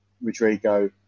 Rodrigo